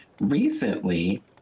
recently